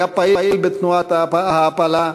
היה פעיל בתנועת ההעפלה,